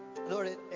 Lord